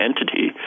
entity